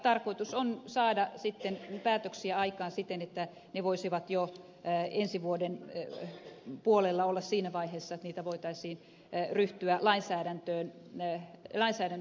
tarkoitus on saada päätöksiä aikaan siten että ne voisivat jo ensi vuoden puolella olla siinä vaiheessa että niitä voitaisiin ryhtyä lainsäädännössä toteuttamaan